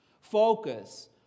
Focus